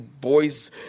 voice